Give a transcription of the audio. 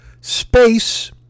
space